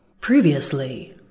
Previously